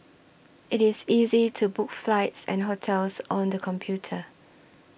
it is easy to book flights and hotels on the computer